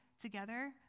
together